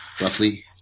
roughly